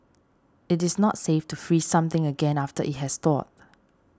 it is not safe to freeze something again after it has thawed